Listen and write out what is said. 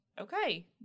okay